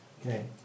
Okay